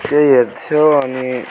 त्यही हेर्थ्यो अनि